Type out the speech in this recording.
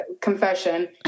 Confession